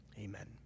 Amen